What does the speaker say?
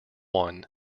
one